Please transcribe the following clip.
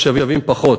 יש שווים פחות.